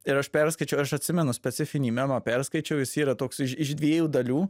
ir aš perskaičiau aš atsimenu specifinį memą perskaičiau jis tai yra toks iš iš dviejų dalių